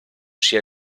sia